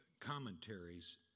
commentaries